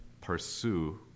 pursue